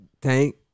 Tank